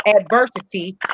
adversity